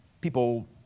people